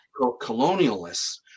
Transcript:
colonialists